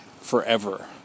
forever